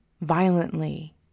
violently